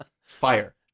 fire